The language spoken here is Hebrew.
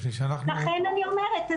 לכן אני אומרת.